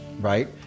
right